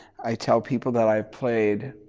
i tell people that i've played